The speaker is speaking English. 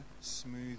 smooth